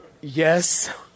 Yes